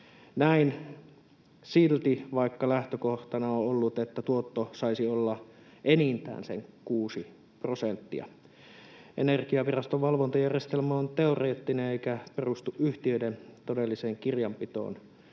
Näin silti, vaikka lähtökohtana on ollut, että tuotto saisi olla enintään sen 6 prosenttia. Energiaviraston valvontajärjestelmä on teoreettinen eikä perustu yhtiöiden todelliseen kirjanpitoon.